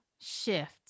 shift